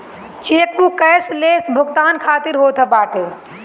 chequebook cashless भुगतान खातिर होत बाटे